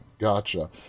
Gotcha